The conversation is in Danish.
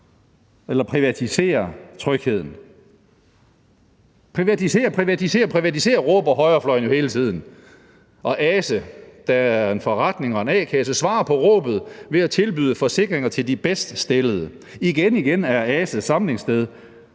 eller privatisere trygheden. Privatisér, privatisér, privatisér! råber højrefløjen hele tiden, og Ase, der er en forretning og en a-kasse, svarer på råbet ved at tilbyde forsikringer til de bedst stillede. Igen og igen er Ase samlingssted